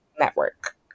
network